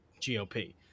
GOP